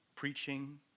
Preaching